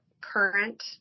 current